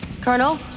Colonel